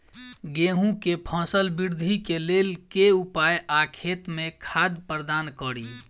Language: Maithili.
गेंहूँ केँ फसल वृद्धि केँ लेल केँ उपाय आ खेत मे खाद प्रदान कड़ी?